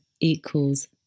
equals